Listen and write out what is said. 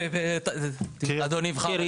אדוני, יבחר.